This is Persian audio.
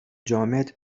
جامد